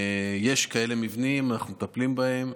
יש כאלה מבנים, אנחנו מטפלים בהם.